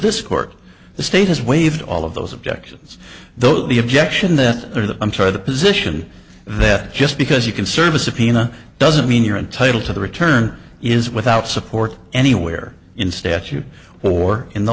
this court the state has waived all of those objections though the objection that there the i'm sorry the position that just because you can serve a subpoena doesn't mean you're entitled to the return is without support anywhere in statute or in the